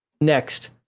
next